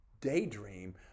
daydream